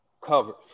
cover